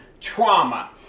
trauma